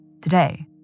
Today